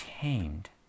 tamed